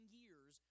years